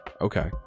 Okay